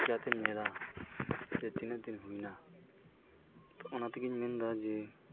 ᱟᱢ ᱪᱮᱠᱟᱛᱢ ᱧᱮᱞᱟ ᱡᱮ ᱛᱤᱱᱟᱹᱜ ᱫᱤᱱ ᱦᱩᱭᱮᱱᱟ ᱚᱱᱟ ᱛᱮᱜᱮᱧ ᱢᱮᱱᱫᱟ ᱡᱮ